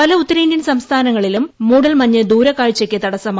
പല ഉത്തരേന്ത്യൻ സംസ്ഥാനങ്ങളിലും മൂടൽമഞ്ഞ് ദൂരക്കാഴ്ചയ്ക്ക് തടസ്സമായി